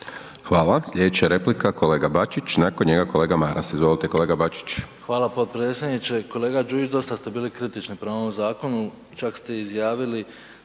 Hvala. Sljedeća replika kolega Bačić, nakon njega kolega Maras. Izvolite kolega Bačić. **Bačić, Ante (HDZ)** Hvala potpredsjedniče. Kolega Đujić, dosta ste bili kritični prema ovom zakonu, čak ste izjavili